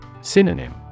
Synonym